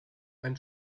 ein